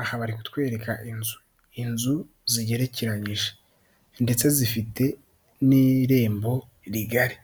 Aha bari kutwereka inzu, inzu zigerekeranyije ndetse zifite n'irembo rigari,